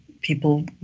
people